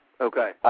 Okay